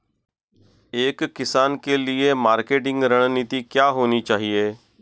एक किसान के लिए मार्केटिंग रणनीति क्या होनी चाहिए?